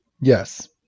Yes